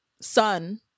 son